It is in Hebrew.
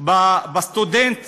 בסטודנט